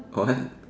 what